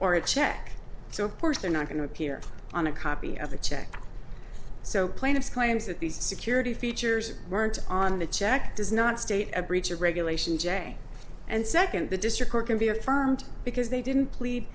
or a check so course they're not going to appear on a copy of the check so plaintiff's claims that these security features weren't on the check does not state a breach of regulation j and second the district court can be affirmed because they didn't plead